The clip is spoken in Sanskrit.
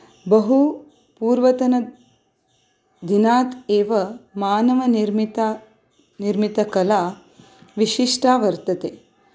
बहु पूर्वतनदिनात् एव मानवनिर्मिता निर्मितकला विशिष्टा वर्तते